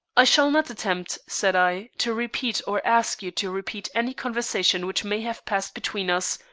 i shall not attempt, said i, to repeat or ask you to repeat any conversation which may have passed between us,